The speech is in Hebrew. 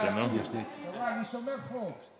אתה רואה, אני שומר חוק.